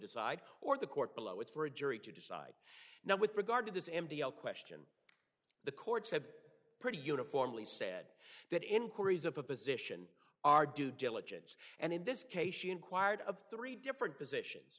decide or the court below it's for a jury to decide now with regard to this m t l question the courts have pretty uniformly said that inquiries of a physician are due diligence and in this case she inquired of three different positions